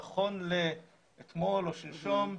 נכון לאתמול או שלשום,